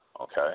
okay